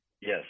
Yes